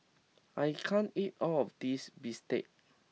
I can't eat all of this Bistake